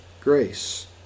grace